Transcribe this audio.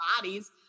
bodies